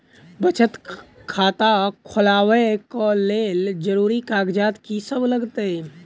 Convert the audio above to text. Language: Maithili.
बचत खाता खोलाबै कऽ लेल जरूरी कागजात की सब लगतइ?